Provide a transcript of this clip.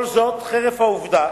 כל זאת חרף העובדה